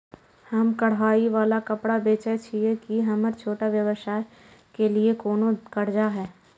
हम कढ़ाई वाला कपड़ा बेचय छिये, की हमर छोटा व्यवसाय के लिये कोनो कर्जा है?